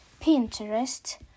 Pinterest